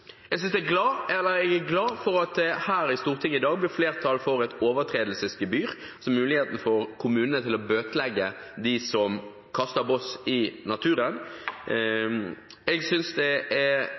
Jeg er glad for at det her i Stortinget i dag blir flertall for et overtredelsesgebyr, så kommunene får mulighet til å bøtelegge dem som kaster boss i naturen.